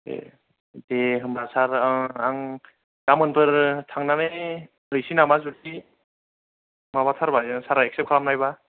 दे दे होनबा सार आं गाबोनफोर थांनानै हैसै नामा जुदि माबा थारबा सारा एकसेफ खालामनायबा